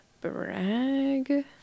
Brag